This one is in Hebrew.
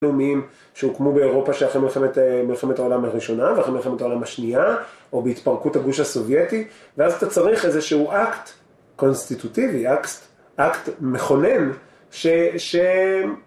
...נאומיים שהוקמו באירופה שאחרי מלחמת העולם הראשונה, ואחרי מלחמת העולם השנייה, או בהתפרקות הגוש הסובייטי, ואז אתה צריך איזה שהוא אקט קונסטיטוטיבי, אקט מכונן, ש...